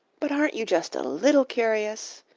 but aren't you just a little curious?